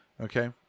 Okay